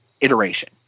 iteration